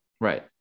Right